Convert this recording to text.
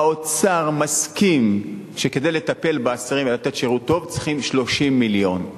האוצר מסכים שכדי לטפל באסירים ולתת שירות טוב צריכים 30 מיליון.